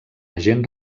agent